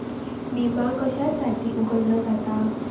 विमा कशासाठी उघडलो जाता?